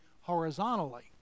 horizontally